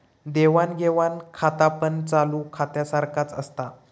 देवाण घेवाण खातापण चालू खात्यासारख्याच असता